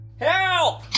Help